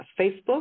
Facebook